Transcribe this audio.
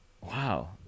Wow